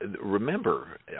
remember